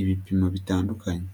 ibipimo bitandukanye.